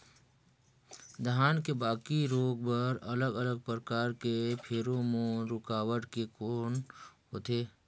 धान के बाकी रोग बर अलग अलग प्रकार के फेरोमोन रूकावट के कौन होथे?